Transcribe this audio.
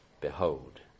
Behold